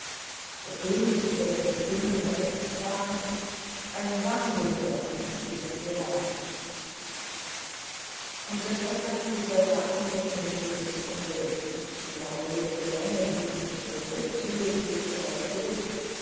der könig über dem getümmel wendet sich fragend ein wahnsinniger entgegnet dürande unterdes hatten die soldaten den unglücklichen umringt die neugierige menge die ihn für verrückt hielt wich scheu zurück